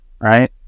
right